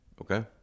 Okay